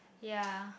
ya